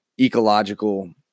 ecological